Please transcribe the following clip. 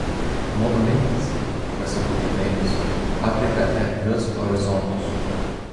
mano mintys pasipūtė dainius aprėpia erdvius horizontus